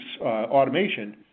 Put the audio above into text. automation